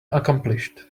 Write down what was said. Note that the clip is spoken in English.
accomplished